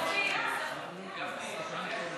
כספים.